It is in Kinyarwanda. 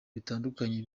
bitandukanye